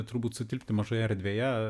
turbūt sutilpti mažoje erdvėje